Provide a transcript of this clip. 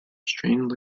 strained